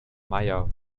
meier